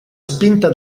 spinta